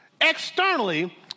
externally